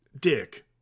dick